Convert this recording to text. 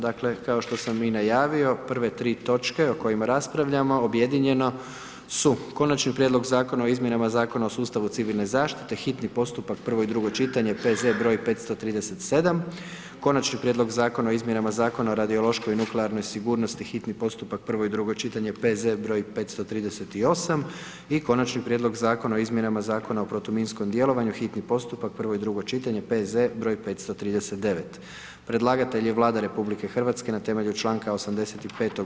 Dakle, kao što sam i najavio, prve tri točke o kojima raspravljamo objedinjeno su: - Konačni prijedlog Zakona o izmjenama Zakona o sustavu civilne zaštite, hitni postupak, prvo i drugo čitanje, PB broj 537, - Konačni prijedlog Zakona o izmjenama Zakona o radiološkoj i nuklearnoj sigurnosti, hitni postupak, prvo i drugo čitanje, PZ broj 538, - i Konačni prijedlog Zakona o izmjenama Zakona o protuminskom djelovanju, hitni postupak, prvo i drugo čitanje, PZ broj 539, Predlagatelj je Vlada Republike Hrvatske na temelju članka 85.